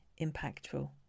impactful